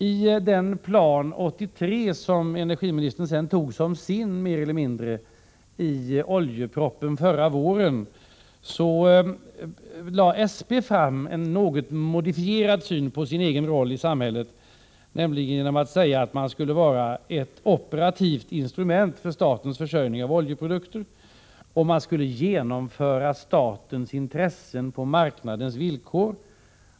I den plan från 1983 som energiministern sedan mer eller mindre tog som sin i oljepropositionen förra våren lade SP fram en något modifierad syn på sin egen roll i samhället, genom att säga att man skulle vara ett operativt instrument för statens försörjning med oljeprodukter och genomföra statens intressen på marknadens villkor.